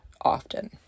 often